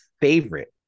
favorite